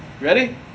ready